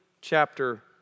chapter